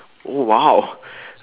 oh !wow!